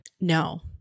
No